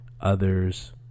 others